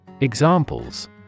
Examples